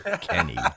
Kenny